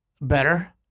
better